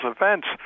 events